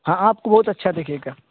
ہاں آپ کو بہت اچھا دکھے گا